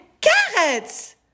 carrots